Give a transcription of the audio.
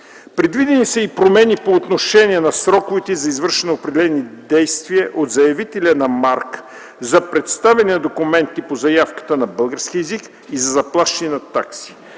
предвидени са и промени по отношение на сроковете за извършване на определени действия от заявителя на марка – за представяне на документите по заявката на български език и за заплащане на такси.